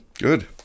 Good